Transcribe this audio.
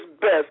best